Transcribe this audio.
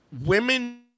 women